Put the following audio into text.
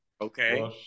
Okay